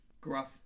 gruff